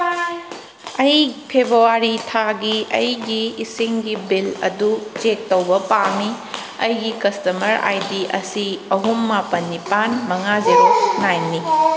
ꯑꯩ ꯐꯦꯕ꯭ꯋꯥꯔꯤ ꯊꯥꯒꯤ ꯑꯩꯒꯤ ꯏꯁꯤꯡꯒꯤ ꯕꯤꯜ ꯑꯗꯨ ꯆꯦꯛ ꯇꯧꯕ ꯄꯥꯝꯃꯤ ꯑꯩꯒꯤ ꯀꯁꯇꯃꯔ ꯑꯥꯏ ꯗꯤ ꯑꯁꯤ ꯑꯍꯨꯝ ꯃꯥꯄꯟ ꯅꯤꯄꯥꯟ ꯃꯉꯥ ꯖꯦꯔꯣ ꯅꯥꯏꯟꯅꯤ